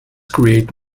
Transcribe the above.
create